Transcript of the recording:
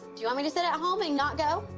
you want me to sit at home and not go?